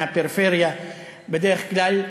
מהפריפריה בדרך כלל.